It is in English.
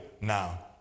now